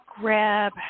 grab